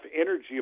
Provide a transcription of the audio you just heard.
energy